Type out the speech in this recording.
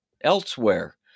elsewhere